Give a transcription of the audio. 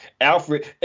Alfred